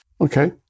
Okay